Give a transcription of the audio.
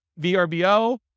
VRBO